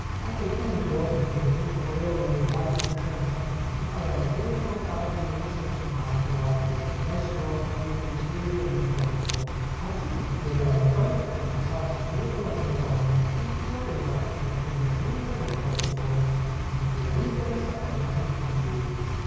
ma in quel punto e facendo senza volerlo un esame di coscienza il padre anacleto notava di non essersi mai trovato così oppresso da due pensieri ad un tempo anzi tutto dalla vergogna di confessarsi debole ad una donna che non gli aveva lasciato intender nulla del proprio cuore e poteva ridere saporitamente di lui